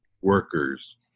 workers